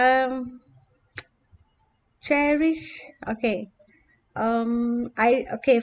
um cherish okay um I okay